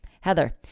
Heather